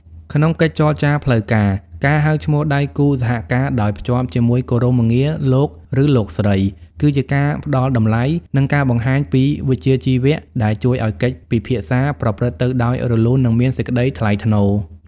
ក្នុងកិច្ចចរចាផ្លូវការ ការហៅឈ្មោះដៃគូសហការដោយភ្ជាប់ជាមួយគោរមងារ "លោក" ឬ "លោកស្រី" គឺជាការផ្តល់តម្លៃ និងការបង្ហាញពីវិជ្ជាជីវៈដែលជួយឱ្យកិច្ចពិភាក្សាប្រព្រឹត្តទៅដោយរលូន និងមានសេចក្ដីថ្លៃថ្នូរ។